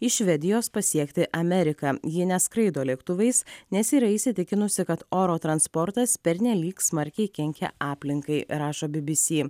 iš švedijos pasiekti ameriką ji neskraido lėktuvais nes yra įsitikinusi kad oro transportas pernelyg smarkiai kenkia aplinkai rašo bbc